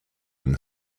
and